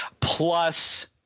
plus